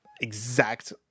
exact